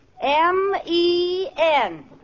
M-E-N